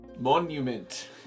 monument